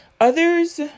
Others